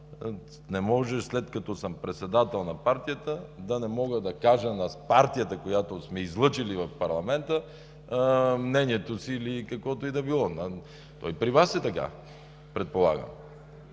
Не може, след като съм председател на партията, да не мога да кажа на партията, която сме излъчили в парламента, мнението си или каквото и да било. То и при Вас е така, предполагам.